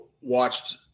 watched